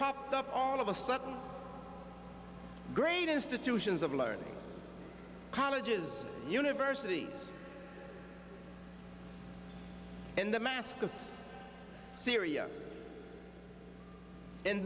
popped up all of a sudden great institutions of learning colleges universities in the mask of syria and